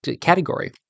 category